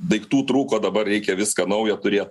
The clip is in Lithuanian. daiktų trūko dabar reikia viską naujo turėt